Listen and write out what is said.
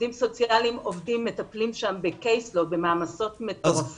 עובדים סוציאליים מטפלים שם במעמסות מטורפות.